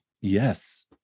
yes